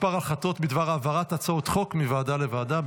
כמה החלטות בדבר העברת הצעות חוק מוועדה לוועדה.